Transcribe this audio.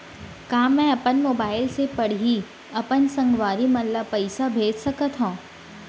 का मैं अपन मोबाइल से पड़ही अपन संगवारी मन ल पइसा भेज सकत हो?